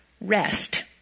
rest